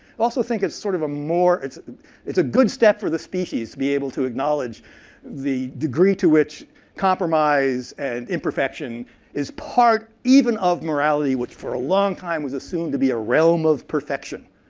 also, i think it's sort of more it's it's a good step for the species to be able to acknowledge the degree to which compromise and imperfection is part even of morality, which for a long time was assumed to be a realm of perfection.